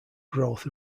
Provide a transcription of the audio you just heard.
growth